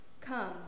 Come